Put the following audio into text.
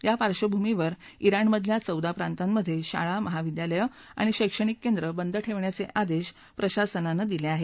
या पार्बंभूमीवर जिणमधल्या चौदा प्रांतांमधे शाळा महाविद्यालयं आणि शैक्षणिक केंद्रं वंद ठेवण्याचे आदेश प्रशासनानं दिले आहेत